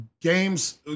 games